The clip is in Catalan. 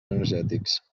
energètics